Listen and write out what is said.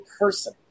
person